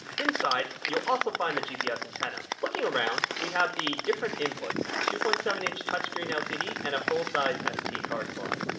inside you'll also find the gps antenna. looking around we have the different inputs, two point seven inch touchscreen lcd and a full-size sd-card slot.